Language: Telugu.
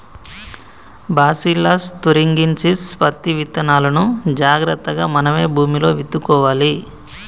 బాసీల్లస్ తురింగిన్సిస్ పత్తి విత్తనాలును జాగ్రత్తగా మనమే భూమిలో విత్తుకోవాలి